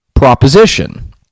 Proposition